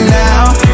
now